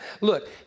Look